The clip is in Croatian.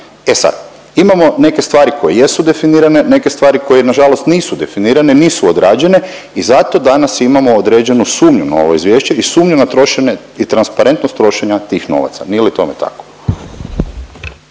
E sad, imamo neke stvari koje jesu definirane, neke stvari koje nažalost nisu definirane, nisu odrađene i zato danas imamo određenu sumnju na ovo Izvješće i sumnju na trošenje i transparentnost trošenja tih novaca. Nije li tome tako?